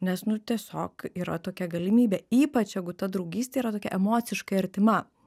nes nu tiesiog yra tokia galimybė ypač jeigu ta draugystė yra tokia emociškai artima